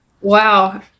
Wow